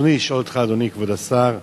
רצוני לשאול אותך, אדוני כבוד השר: